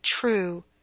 true